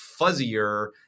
fuzzier